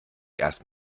erst